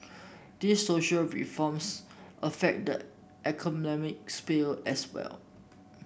these social reforms affect the economic sphere as well